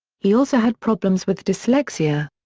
he also had problems with dyslexia.